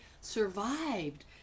survived